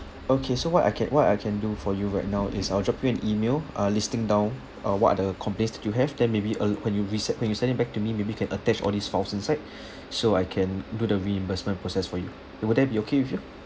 okay so what I can what I can do for you right now is I will drop you an email uh listing down uh what are the complaints that you have then maybe uh l~ when you rese~ when you send it back to me maybe can attach all these files inside so I can do the reimbursement process for you would that be okay with you